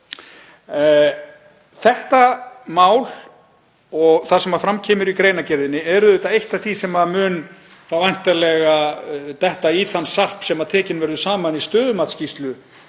Þetta mál og það sem fram kemur í greinargerðinni er eitt af því sem mun væntanlega detta í þann sarp sem tekinn verður saman í stöðumatsskýrslu